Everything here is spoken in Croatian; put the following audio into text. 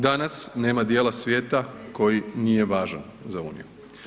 Danas nema dijela svijeta koji nije važan za uniju.